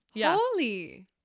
Holy